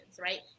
right